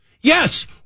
Yes